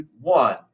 one